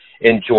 enjoy